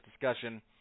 discussion